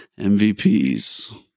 MVPs